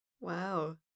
Wow